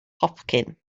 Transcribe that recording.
hopcyn